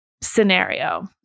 scenario